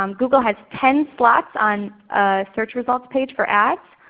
um google has ten slots on a search results page for ads.